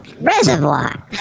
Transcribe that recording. reservoir